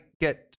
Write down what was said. get